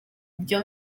byo